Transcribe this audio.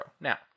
Now